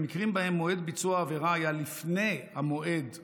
במקרים שבהם מועד ביצוע העבירה היה לפני המועד הקובע,